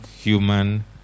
human